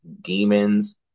demons